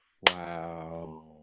Wow